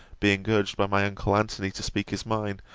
being urged by my uncle antony to speak his mind,